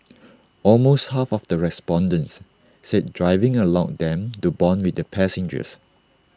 almost half of the respondents said driving allowed them to Bond with their passengers